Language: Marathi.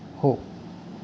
हो